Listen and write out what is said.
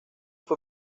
fue